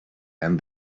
and